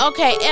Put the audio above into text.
Okay